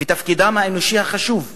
ואת תפקידם האנושי החשוב.